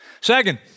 Second